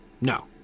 No